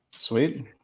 Sweet